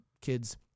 kids